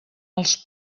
els